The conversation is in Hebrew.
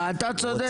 אתה צודק.